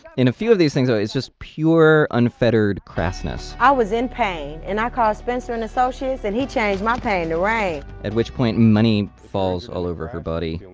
in a few of these things, ah it's just pure, unfettered crassness i was in pain and i call spencer and associates and he changed my pain to rain at which point money falls all over her body,